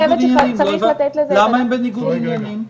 למה הם בניגוד עניינים?